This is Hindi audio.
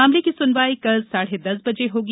मामले की सुनवाई कल साढ़े दस बजे होगी